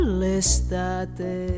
l'estate